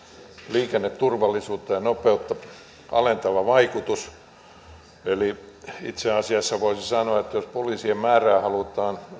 liikenneturvallisuutta edistävä ja nopeutta alentava vaikutus eli itse asiassa voisi sanoa että jos poliisien määrää halutaan